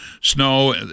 snow